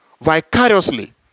vicariously